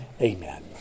Amen